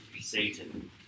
Satan